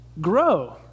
grow